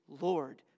Lord